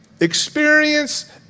experience